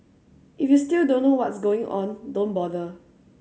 if you still don't know what's going on don't bother